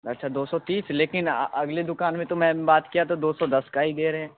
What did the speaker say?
अच्छा दो सौ तीस लेकिन अगली दुकान में तो मैं बात किया तो दो सौ दस का ही दे रहे